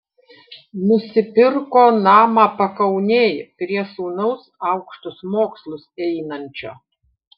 nusipirko namą pakaunėj prie sūnaus aukštus mokslus einančio